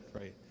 right